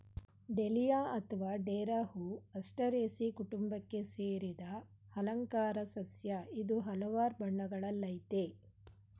dahlia ಅತ್ವ ಡೇರಾ ಹೂ ಆಸ್ಟರೇಸೀ ಕುಟುಂಬಕ್ಕೆ ಸೇರಿದ ಅಲಂಕಾರ ಸಸ್ಯ ಇದು ಹಲ್ವಾರ್ ಬಣ್ಣಗಳಲ್ಲಯ್ತೆ